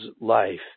life